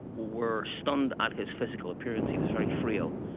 were stunned at his physical appearance, he was very frail,